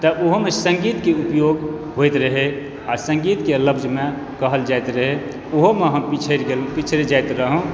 तऽ ओहोमे सङ्गीतके उपयोग होइत रहै आ सङ्गीतके लफ्ज़मे कहल जाइत रहै ओहोमे हम पिछड़ि गेलहुँ पिछड़ि जाइत रहहुँ